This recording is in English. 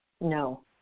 No